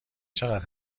چقدر